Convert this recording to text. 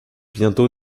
bientôt